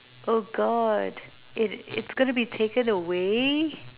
oh god it it's gonna be taken away